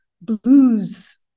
blues